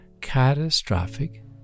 Catastrophic